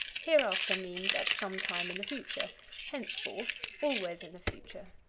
hereafter means at some time in the future henceforth, always in the future.